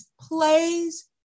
plays